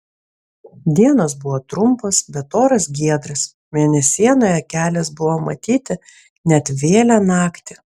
dienos buvo trumpos bet oras giedras mėnesienoje kelias buvo matyti net vėlią naktį